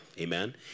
amen